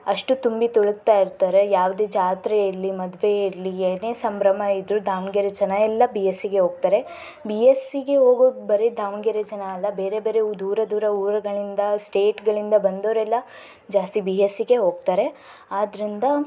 ಅಷ್ಟು ತುಂಬಿ ತುಳುಕ್ತಾ ಇರ್ತಾರೆ ಯಾವುದೇ ಜಾತ್ರೆ ಇರಲಿ ಮದುವೆ ಇರಲಿ ಏನೇ ಸಂಭ್ರಮ ಇದ್ರೂ ದಾವಣಗೆರೆ ಜನ ಎಲ್ಲ ಬಿ ಎಸ್ ಸಿಗೆ ಹೋಗ್ತಾರೆ ಬಿ ಎಸ್ ಸಿಗೆ ಹೋಗೋದ್ ಬರೀ ದಾವಣಗೆರೆ ಜನ ಅಲ್ಲ ಬೇರೆ ಬೇರೆ ದೂರ ದೂರ ಊರುಗಳಿಂದ ಸ್ಟೇಟ್ಗಳಿಂದ ಬಂದವರೆಲ್ಲ ಜಾಸ್ತಿ ಬಿ ಎಸ್ ಸಿಗೆ ಹೋಗ್ತಾರೆ ಆದ್ದರಿಂದ